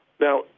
Now